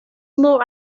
more